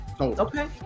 Okay